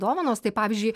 dovanos tai pavyzdžiui